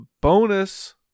bonus